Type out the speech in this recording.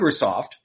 Microsoft